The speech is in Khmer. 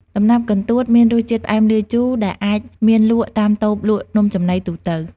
ដំណាប់កន្ទួតមានរសជាតិផ្អែមលាយជូរ ដែលអាចមានលក់តាមតូបលក់នំចំណីទូទៅ។